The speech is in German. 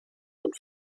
und